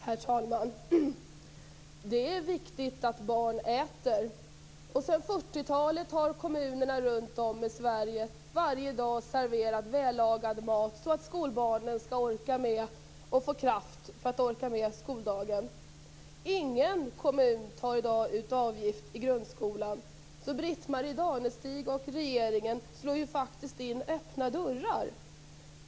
Herr talman! Det är viktigt att barn äter. Sedan 40 talet har kommunerna runt om i Sverige varje dag serverat vällagad mat så att skolbarnen skall få kraft att orka med skoldagen. Ingen kommun tar i dag ut avgift i grundskolan. Britt-Marie Danestig och regeringen slår faktiskt in öppna dörrar.